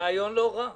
רעיון לא רע.